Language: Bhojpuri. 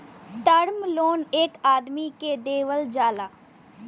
टर्म लोन एक आदमी के देवल जाला